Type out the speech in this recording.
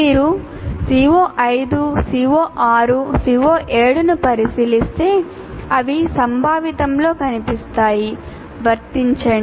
మీరు CO5 CO6 CO7 ను పరిశీలిస్తే అవి సంభావితం